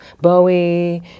Bowie